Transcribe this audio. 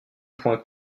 point